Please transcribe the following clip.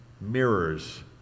mirrors